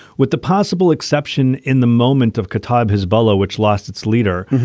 with the possible exception in the moment of khattab hizbollah, which lost its leader,